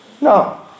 No